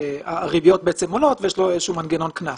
הריביות עולות ויש לו איזשהו מנגנון קנס.